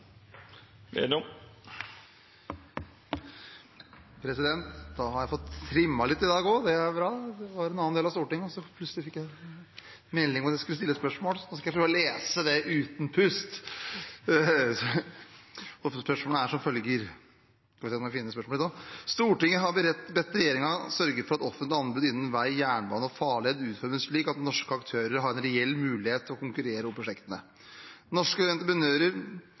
godt. Da har jeg fått trimmet litt i dag også det er bra. Jeg var i en annen del av Stortinget, og plutselig fikk jeg melding om at jeg skulle stille spørsmål. Nå skal jeg prøve å lese det uten pust: «Stortinget har bedt regjeringen sørge for at offentlige anbud innen vei, jernbane og farled utformes slik at norske aktører har en reell mulighet til å konkurrere om prosjektene. Norske entreprenører